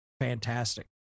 fantastic